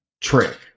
trick